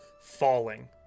falling